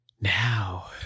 Now